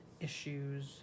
issues